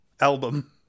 album